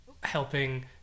helping